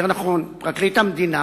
יותר נכון פרקליט המדינה